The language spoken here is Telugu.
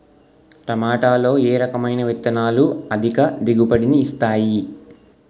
టమాటాలో ఏ రకమైన విత్తనాలు అధిక దిగుబడిని ఇస్తాయి